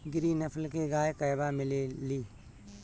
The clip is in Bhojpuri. गिरी नस्ल के गाय कहवा मिले लि?